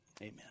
amen